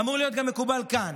אמור להיות גם מקובל כאן.